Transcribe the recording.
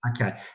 Okay